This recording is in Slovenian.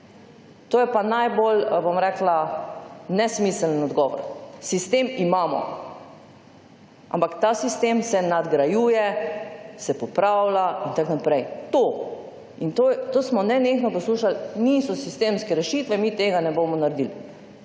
To je pa najbolj, bom rekla nesmiseln odgovor. Sistem imamo, ampak ta sistem se nadgrajuje, se popravlja in tako naprej. To in to smo nenehno poslušali, niso sistemske rešitve, mi tega ne bomo naredili.